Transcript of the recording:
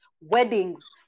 weddings